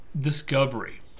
discovery